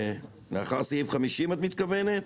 לאחר סעיף 50 את מתכוונת?